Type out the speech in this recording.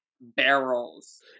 barrels